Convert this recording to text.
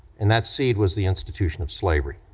and that seed was the institution of slavery.